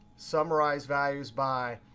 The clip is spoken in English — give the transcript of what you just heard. summarize values by,